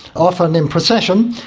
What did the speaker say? often in procession,